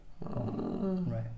Right